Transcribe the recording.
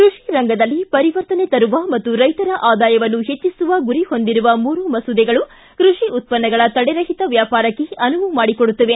ಕೃಷಿ ರಂಗದಲ್ಲಿ ಪರಿವರ್ತನೆ ತರುವ ಮತ್ತು ರೈತರ ಆದಾಯವನ್ನು ಹೆಚ್ಚಿಸುವ ಗುರಿ ಹೊಂದಿರುವ ಮೂರು ಮಸೂದೆಗಳು ಕೃಷಿ ಉತ್ಪನ್ನಗಳ ತಡೆರಹಿತ ವ್ಯಾಪಾರಕ್ಕೆ ಅನುವು ಮಾಡಿಕೊಡುತ್ತವೆ